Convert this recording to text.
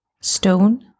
stone